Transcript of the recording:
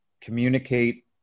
communicate